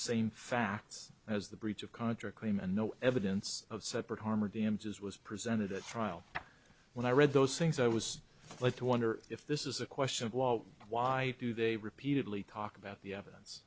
same facts as the breach of contract claim and no evidence of separate harm or damages was presented at trial when i read those things i was led to wonder if this is a question of law why do they repeatedly talk about the evidence